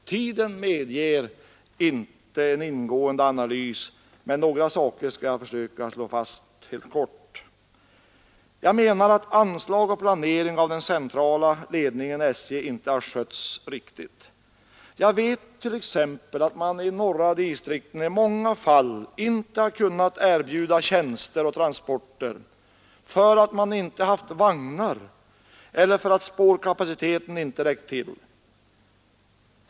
Tiden medger inte en ingående analys, men några saker skall jag ändå helt kort försöka slå fast. Jag anser att den centrala ledningen i SJ inte har skött anslag och planering riktigt. Jag vet att man t.ex. i de norra distrikten i många fall inte har kunnat erbjuda tjänster och transporter därför att man inte haft vagnar eller därför att spårkapaciteten inte räckt till.